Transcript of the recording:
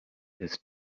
his